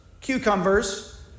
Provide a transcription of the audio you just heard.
cucumbers